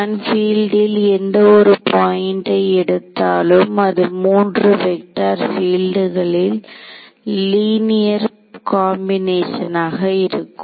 நான் பீல்டில் எந்த ஒரு பாயிண்டை எடுத்தாலும் அது 3 வெக்டார்பீல்டில்களின் லீனியர் காம்பினேஷன் ஆகும்